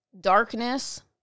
darkness